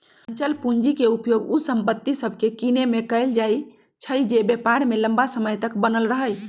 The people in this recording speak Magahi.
अचल पूंजी के उपयोग उ संपत्ति सभके किनेमें कएल जाइ छइ जे व्यापार में लम्मा समय तक बनल रहइ